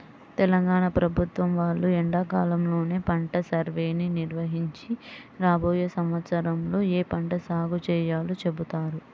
తెలంగాణ ప్రభుత్వం వాళ్ళు ఎండాకాలంలోనే పంట సర్వేని నిర్వహించి రాబోయే సంవత్సరంలో ఏ పంట సాగు చేయాలో చెబుతారు